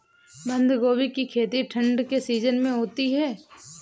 बंद गोभी की खेती ठंड के सीजन में होती है